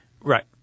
right